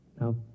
Now